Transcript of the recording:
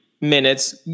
minutes